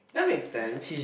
that make sense